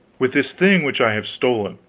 with this thing which i have stolen,